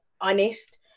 honest